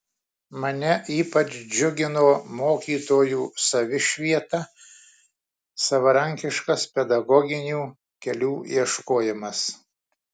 mane ypač džiugino mokytojų savišvieta savarankiškas pedagoginių kelių ieškojimas